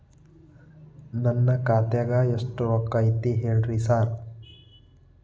ನನ್ ಖಾತ್ಯಾಗ ರೊಕ್ಕಾ ಎಷ್ಟ್ ಐತಿ ಹೇಳ್ರಿ ಸಾರ್?